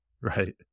Right